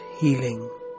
healing